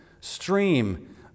stream